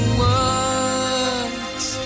words